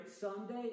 Sunday